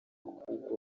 kugwa